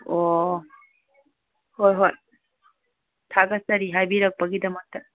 ꯑꯣ ꯍꯣꯏ ꯍꯣꯏ ꯊꯥꯒꯠꯆꯔꯤ ꯍꯥꯏꯕꯤꯔꯛꯄꯒꯤꯗꯃꯛꯇ